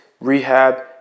rehab